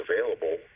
available